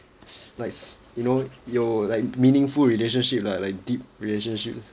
s~ like s~ you know 有 like meaningful relationship lah like deep relationships